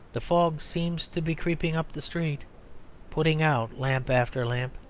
the fog seems to be creeping up the street putting out lamp after lamp.